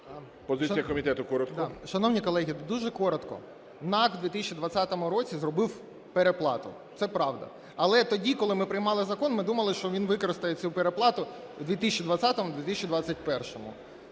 Позиція комітету коротко. 11:06:25 ЖЕЛЕЗНЯК Я.І. Шановні колеги, дуже коротко. НАК в 2020 році зробив переплату – це правда. Але тоді, коли ми приймали закон, ми думали, що він використає цю переплату в 2020-му,